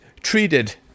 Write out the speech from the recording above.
treated